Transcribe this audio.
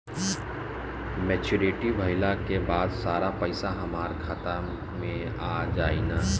Maturity भईला के बाद सारा पईसा हमार खाता मे आ जाई न?